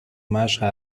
مشق